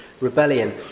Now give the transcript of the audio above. rebellion